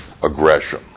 Aggression